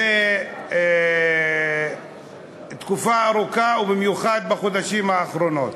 זה תקופה ארוכה, ובמיוחד בחודשים האחרונים.